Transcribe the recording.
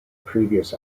previous